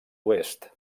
oest